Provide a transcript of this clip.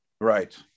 Right